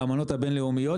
באמנות הבין-לאומיות.